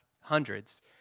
hundreds